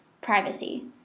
privacy